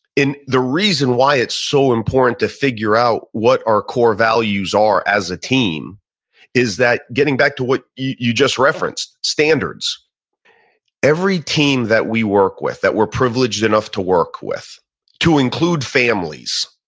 the reason why it's so important to figure out what our core values are as a team is that, getting back to what you just referenced, standards every team that we work with that we're privileged enough to work with to include families,